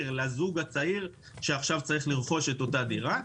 לזוג צעיר שצריך לרכוש עכשיו את אותה דירה.